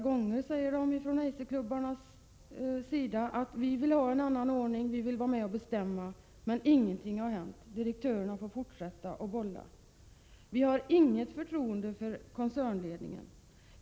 De säger att Eiserklubbarna flera gånger påpekat att de vill ha en annan ordning och att de vill vara med och bestämma, men att ingenting har hänt, utan direktörerna får fortsätta att bolla med pengarna. Brevet fortsätter: ”Inget förtroende för koncernledningen!